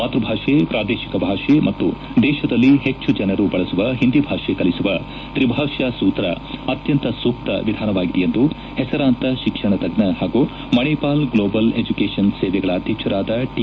ಮಾತೃಭಾಷೆ ಪ್ರಾದೇಶಿಕ ಭಾಷೆ ಮತ್ತು ದೇಶದಲ್ಲಿ ಹೆಚ್ಚು ಜನರು ಬಳಸುವ ಹಿಂದಿ ಭಾಷೆ ಕಲಿಸುವ ತ್ರಿಭಾಷಾ ಸೂತ್ರ ಅತ್ಯಂತ ಸೂಕ್ತ ವಿಧಾನವಾಗಿದೆ ಎಂದು ಹೆಸರಾಂತ ಶಿಕ್ಷಣ ತಜ್ಜ ಹಾಗೂ ಮಣಿಪಾಲ್ ಗ್ಲೋಬಲ್ ಎಜುಕೇಶನ್ ಸೇವೆಗಳ ಅಧ್ಯಕ್ಷರಾದ ಟಿ